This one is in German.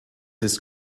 ist